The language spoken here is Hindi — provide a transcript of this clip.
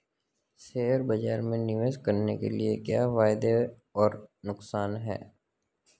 शेयर बाज़ार में निवेश करने के क्या फायदे और नुकसान हैं?